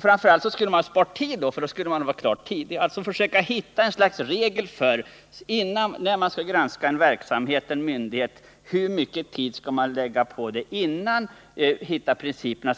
Framför allt skulle den offentliga utredningen ha sparat tid, och man skulle ha varit klar tidigare. Det gäller att försöka hitta ett slags regel som kan tillämpas när man skall granska en myndighet. Hur mycket tid skall man lägga ned innan man hittar principerna?